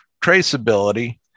traceability